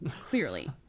Clearly